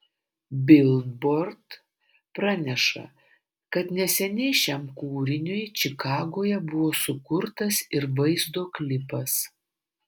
bilbord praneša kad neseniai šiam kūriniui čikagoje buvo sukurtas ir vaizdo klipas